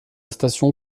station